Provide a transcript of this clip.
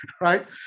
right